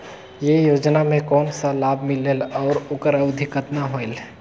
ये योजना मे कोन ला लाभ मिलेल और ओकर अवधी कतना होएल